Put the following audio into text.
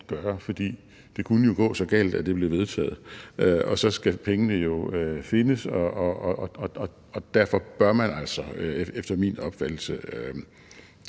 fordi det jo kunne gå så galt, at det blev vedtaget, og så skal pengene jo findes, og derfor bør man altså efter min opfattelse